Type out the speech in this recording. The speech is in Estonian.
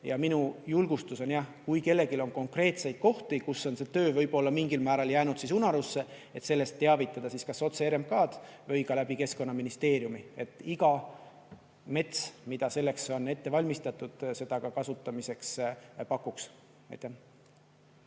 ja minu julgustus on jah, kui kellelgi on konkreetseid kohti, kus on see töö võib-olla mingil määral jäänud unarusse, sellest teavitada siis kas otse RMK-d või läbi Keskkonnaministeeriumi, et iga mets, mida selleks on ette valmistatud, seda ka kasutamiseks pakuks.